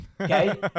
Okay